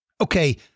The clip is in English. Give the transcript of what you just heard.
Okay